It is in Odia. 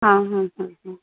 ହଁ ହଁ ହଁ